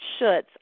shoulds